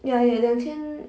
ya ya 两千